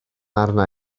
arna